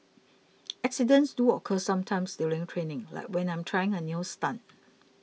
accidents do occur sometimes during training like when I'm trying a new stunt